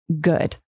good